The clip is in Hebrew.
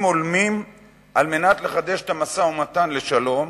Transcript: הולמים כדי לחדש את המשא-ומתן לשלום,